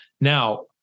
Now